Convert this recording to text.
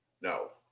No